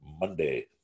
Monday